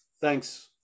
Thanks